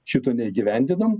šito neįgyvendinom